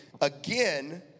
again